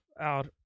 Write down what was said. out